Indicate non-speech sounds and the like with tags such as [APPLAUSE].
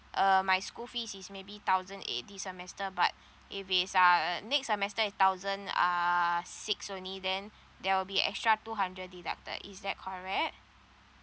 uh my school fees is maybe thousand eight this semester but if it's uh next semester a thousand uh six only then [BREATH] there will be extra two hundred deducted is that correct